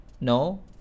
no